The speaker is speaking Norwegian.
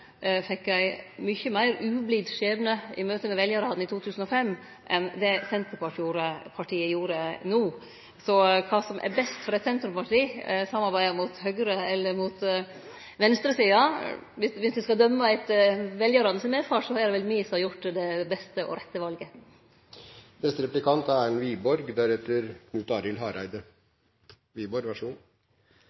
fekk ein mykje meir ublid skjebne i møte med veljarane i 2005 enn det Senterpartiet gjorde no. Når det gjeld kva som er best for eit sentrumsparti – å samarbeide inn mot høgresida eller inn mot venstresida: Dersom ein skal døme etter medfarten frå veljarane, er det vel me som har gjort det beste og det rette